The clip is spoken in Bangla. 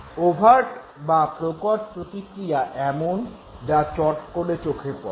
ওভার্ট বা প্রকট প্রতিক্রিয়া এমন যা চট করে চোখে পড়ে